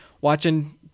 watching